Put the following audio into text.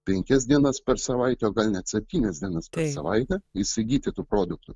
penkias dienas per savaitę gal net septynias dienas per savaitę įsigyti tų produktų